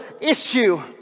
issue